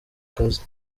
kazi